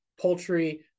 poultry